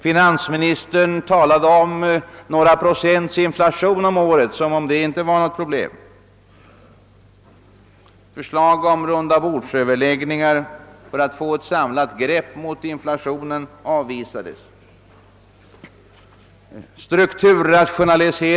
Finansministern talade om några procents inflation om året som om det inte var något problem. Förslag om rundabordsöverläggningar för att få ett samlat grepp om inflationsproblemet avvisades.